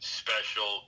special